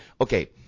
okay